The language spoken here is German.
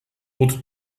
wurde